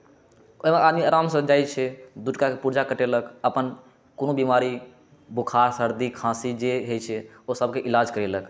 ओहिमे आदमी आरामसे जाइ छै दू टाकाकेँ पुर्जा कटेलक अपन कोनो बीमारी बोखार सर्दी खासी जे होइ छै ओहि सभकेँ इलाज करेलक